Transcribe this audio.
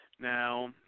Now